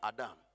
Adam